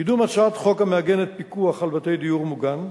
קידום הצעת חוק המעגנת פיקוח על בתי דיור מוגן,